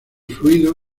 fluido